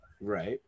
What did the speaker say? Right